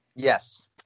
Yes